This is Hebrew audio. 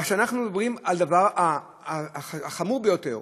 אנחנו מדברים על הדבר החמור ביותר,